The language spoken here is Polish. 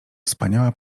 wspaniała